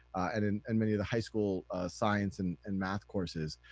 and and and many of the high school science and and math courses.